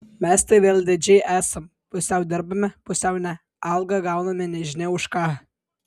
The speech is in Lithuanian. mes tai veltėdžiai esam pusiau dirbame pusiau ne algą gauname nežinia už ką